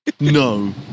No